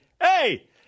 hey